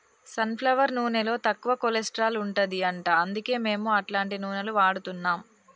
sun flower నూనెలో తక్కువ cholesterol ఉంటది అంట అందుకే మేము అట్లాంటి నూనెలు వాడుతున్నాం